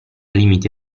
limiti